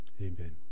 Amen